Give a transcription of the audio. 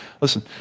Listen